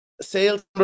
sales